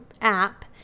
app